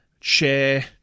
share